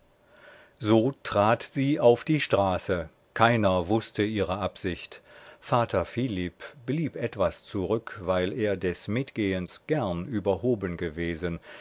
so trat sie auf die straße keiner wußte ihre absicht vater philipp blieb etwas zurück weil er des mitgehens gern überhoben gewesen